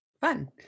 Fun